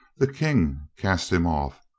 the king cast him off,